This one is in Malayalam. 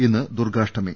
ഇന്ന് ദുർഗ്ഗാഷ്ടമി